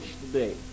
today